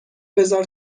بزار